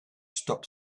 stop